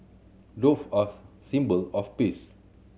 dove us symbol of peace